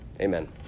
Amen